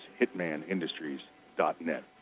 hitmanindustries.net